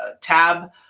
tab